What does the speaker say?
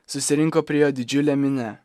susirinko prie jo didžiulė minia